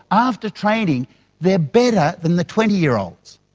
after training they are better than the twenty year olds.